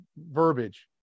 verbiage